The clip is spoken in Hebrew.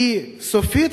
היא סופית,